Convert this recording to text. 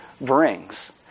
brings